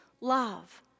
love